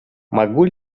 могу